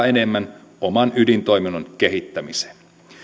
enemmän oman ydintoiminnon kehittämiseen